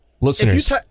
Listeners